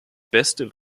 beste